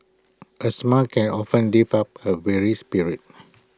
A smile can often lift up A weary spirit